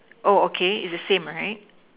oh okay is the same right